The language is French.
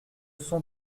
sont